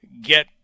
get